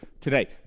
today